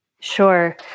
Sure